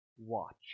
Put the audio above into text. watch